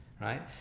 right